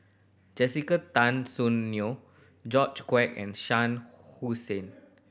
Jessica Tan Soon Neo George Quek and Shah Hussain